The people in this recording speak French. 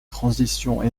transition